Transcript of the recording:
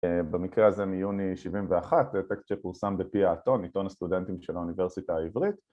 במקרה הזה מיוני שבעים ואחת, זה טקסט שפורסם בפי האתון, עיתון הסטודנטים של האוניברסיטה העברית